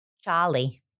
Charlie